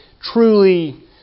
truly